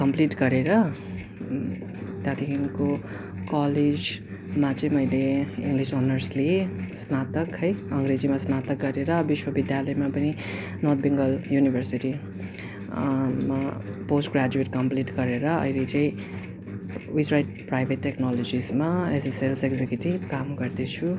complete गरेर त्यहाँदेखिन्को कलेजमा चाहिँ मैले इङ्लिस अनर्स लिएँ स्नातक है अङ्ग्रेजीमा स्नातक गरेर विश्वविद्यालयमा पनि नर्थ बङ्गाल युनिभर्सिटी मा पोस्ट ग्र्याजुएट कम्प्लिट गरेर अहिले चाहिँ उयसमा प्राइभेट टेक्नोलोजिसमा एज ए सेल्स एक्जिक्युटिभ काम गर्दैछु